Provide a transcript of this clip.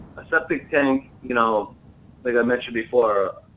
a septic tank, you know like i mentioned before,